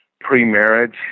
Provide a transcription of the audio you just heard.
pre-marriage